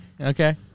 okay